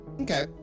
Okay